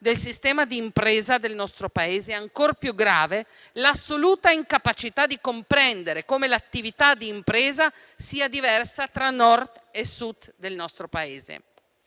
del sistema d'impresa del nostro Paese e, ancor più grave, l'assoluta incapacità di comprendere come l'attività di impresa sia diversa tra il Nord e il Sud del nostro Paese.